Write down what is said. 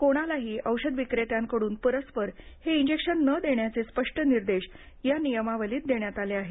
कोणालाही औषध विक्रेत्यांकडून परस्पर हे इंजेक्शन न देण्याचे स्पष्ट निर्देश या नियमावलीत देण्यात आले आहेत